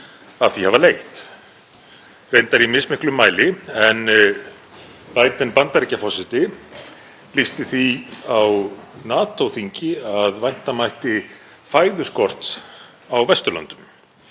af henni hafa leitt, reyndar í mismiklum mæli. Biden Bandaríkjaforseti lýsti því á NATO-þingi að vænta mætti fæðuskorts á Vesturlöndum